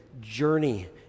journey